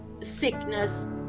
sickness